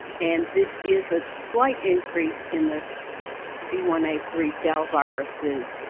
and this is a slight increase in the v one a three dell viruses